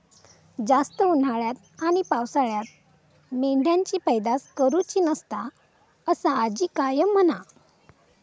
जास्त उन्हाळ्यात आणि पावसाळ्यात मेंढ्यांची पैदास करुची नसता, असा आजी कायम म्हणा